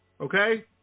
okay